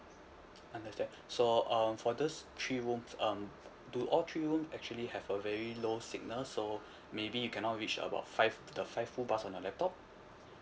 understand so um for this three rooms um do all three room actually have a very low signal so maybe you cannot reach about five the five full bars on your laptop